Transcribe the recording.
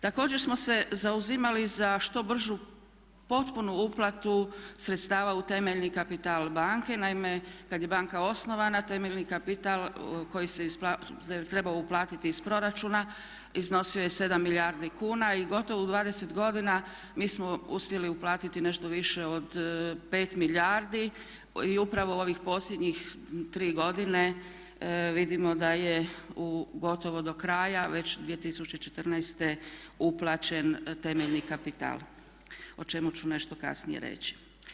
Također smo se zauzimali za što bržu potpunu uplatu sredstava u temeljni kapital banke, naime kad je banka osnovana temeljni kapital koji se je trebao uplatiti iz proračuna iznosio je 7 milijardi kuna i gotovo u 20 godina mi smo uspjeli uplatiti nešto više od 5 milijardi i upravo ovih posljednjih 3 godine vidimo da je u gotovo do kraja već 2014. uplaćen temeljni kapital o čemu ću nešto kasnije reći.